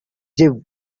jew